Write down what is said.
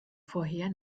vorher